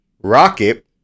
Rocket